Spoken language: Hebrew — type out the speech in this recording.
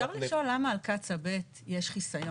אגב, אפשר לשאול למה על קצא"א ב' יש חיסיון?